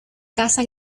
casa